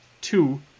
two